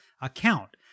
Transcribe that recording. account